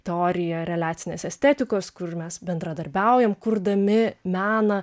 teorija reliacinės estetikos kur mes bendradarbiaujam kurdami meną